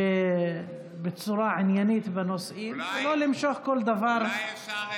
בצורה עניינית בנושאים, ולא למשוך כל דבר לזהויות